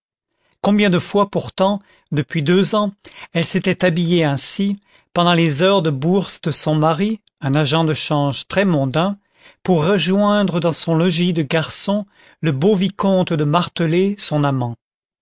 depuis deux ans elle s'était habillée ainsi pendant les heures de bourse de son mari un agent de change très mondain pour rejoindre dans son logis de garçon le beau vicomte de martelet son amant